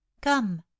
come